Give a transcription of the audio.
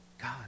God